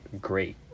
great